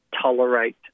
tolerate